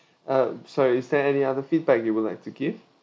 uh sorry is there any other feedback you would like to give